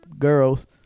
girls